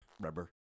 Remember